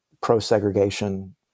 pro-segregation